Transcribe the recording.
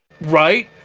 Right